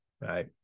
Right